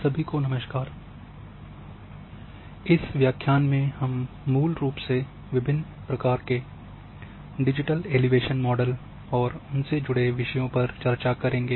सभी को नमस्कार इस व्याख्यान में हम मूल रूप से विभिन्न प्रकार के डिजिटल एलिवेशन मॉडल और उनसे जुड़े विषयों पर चर्चा करेंगे